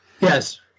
Yes